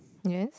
yes